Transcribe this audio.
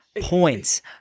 points